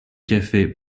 café